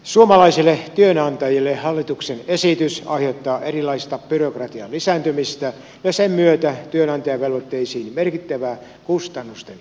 suomalaisille työnantajille hallituksen esitys aiheuttaa erilaista byrokratian lisääntymistä ja sen myötä työnantajavelvoitteisiin merkittävää kustannusten kasvamista